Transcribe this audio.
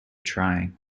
trying